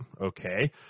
Okay